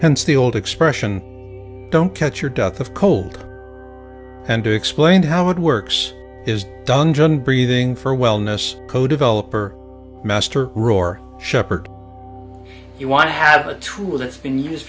hence the old expression don't catch your death of cold and to explain how it works is dungeon breathing for wellness co developer master ror shepherd you want to have it through it's been used